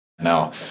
Now